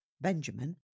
Benjamin